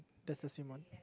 that's the same one